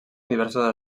diversos